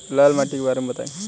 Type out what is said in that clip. लाल माटी के बारे में बताई